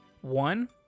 One